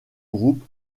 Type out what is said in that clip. groupe